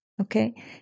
okay